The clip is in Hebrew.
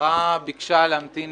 השרה ביקשה להמתין